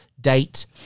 date